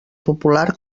popular